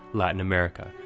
latin america,